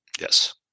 Yes